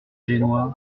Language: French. génois